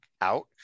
out